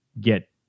get